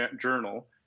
Journal